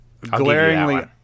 glaringly